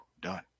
done